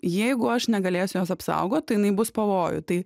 jeigu aš negalėsiu jos apsaugot tai jinai bus pavojuj tai